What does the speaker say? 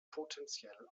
potenziell